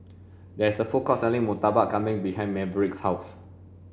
there is a food court selling murtabak kambing behind Maverick's house